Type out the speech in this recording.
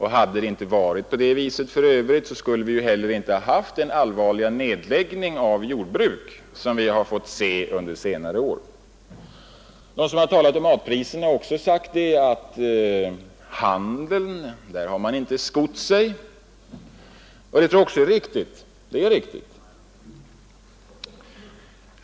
Hade det inte varit på det sättet, så skulle vi för övrigt inte heller haft den allvarliga nedläggning av jordbruk som vi fått under senare år. De som har talat om matpriserna har också sagt att man inte heller inom handeln har skott sig, och det är också riktigt.